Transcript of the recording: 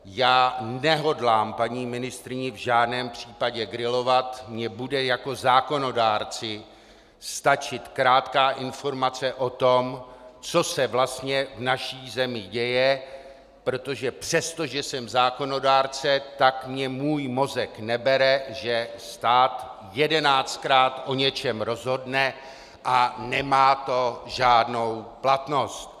Já nehodlám paní ministryni v žádném případě grilovat, mně bude jako zákonodárci stačit krátká informace o tom, co se vlastně v naší zemi děje, protože přesto, že jsem zákonodárce, tak mi můj mozek nebere, že stát jedenáctkrát o něčem rozhodne a nemá to žádnou platnost.